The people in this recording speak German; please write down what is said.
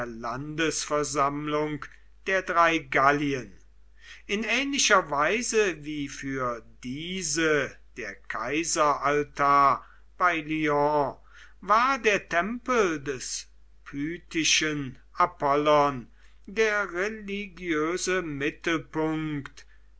landesversammlung der drei gallien in ähnlicher weise wie für diese der kaiseraltar bei lyon war der tempel des pythischen apollon der religiöse mittelpunkt